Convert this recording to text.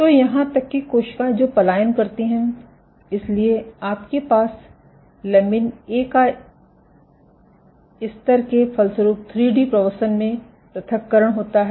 तो यहां तक कि कोशिकएँ जो पलायन करती हैं इसलिए आपके पास लमिन ए का स्तर के फलस्वरूप 3डी प्रवसन में पृथक्करण होता है